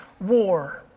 war